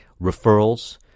Referrals